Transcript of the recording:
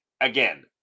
again